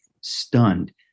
stunned